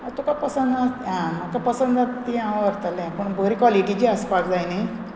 तुका पसंद आसा तें म्हाका पसंद जाता ती हांव व्हरतलें पूण बरी क्वॉलिटीची आसपाक जाय न्ही